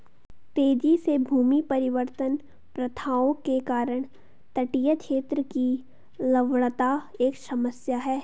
तेजी से भूमि परिवर्तन प्रथाओं के कारण तटीय क्षेत्र की लवणता एक समस्या है